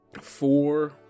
four